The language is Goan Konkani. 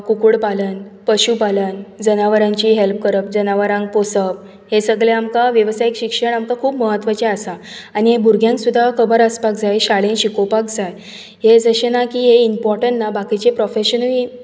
कुकूड पालन पशु पालन जनावरांची हेल्प करप जनावरांक पोसप हे सगळें आमकां वेवसायीक शिक्षण आमकां खूब म्हत्वाचे आसा आनी हे भुरग्यांक सुद्दां खबर आसपाक जाय हे शाळेंन शिकोवपाक जाय हे अशे ना की इंम्पोरटन्ट ना बाकिचेय प्रोफेशनुय